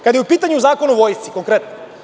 Kada je u pitanju Zakon o Vojsci, konkretno…